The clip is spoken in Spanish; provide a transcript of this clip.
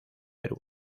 perú